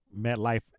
MetLife